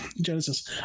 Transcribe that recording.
Genesis